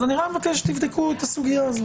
אז אני מבקש שתבדקו את הסוגיה.